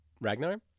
Ragnar